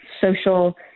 social